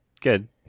good